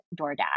DoorDash